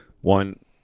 one